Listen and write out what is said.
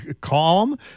calm